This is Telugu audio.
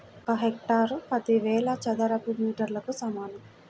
ఒక హెక్టారు పదివేల చదరపు మీటర్లకు సమానం